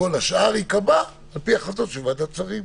וכל השאר ייקבע לפי החלטות של ועדת שרים.